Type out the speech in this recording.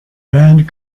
band